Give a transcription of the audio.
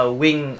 wing